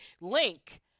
link